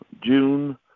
June